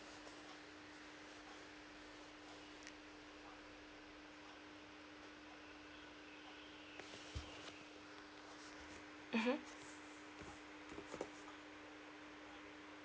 mmhmm